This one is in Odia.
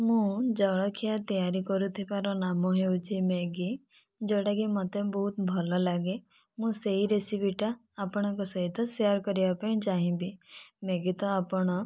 ମୁଁ ଜଳଖିଆ ତିଆରି କରୁଥିବାର ନାମ ହେଉଛି ମ୍ୟାଗି ଯେଉଁଟା କି ମୋତେ ବହୁତ ଭଲଲାଗେ ମୁଁ ସେହି ରେସିପିଟା ଆପଣଙ୍କ ସହିତ ଶେୟାର କରିବା ପାଇଁ ଚାହିଁବି ମ୍ୟାଗି ତ ଆପଣ